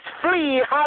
flee